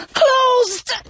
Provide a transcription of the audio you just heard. closed